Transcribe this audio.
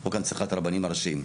חוק הנצחת הרבנים הראשיים,